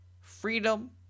freedom